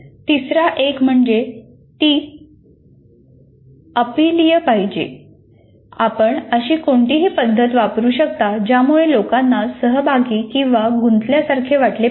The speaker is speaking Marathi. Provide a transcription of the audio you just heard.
तिसरा एक म्हणजे ती अपिलिय पाहिजे आपण अशी कोणतीही पद्धत वापरू शकता ज्यामुळे लोकांना सहभागी किंवा गुंतल्यासारखे वाटले पाहिजे